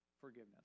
Forgiveness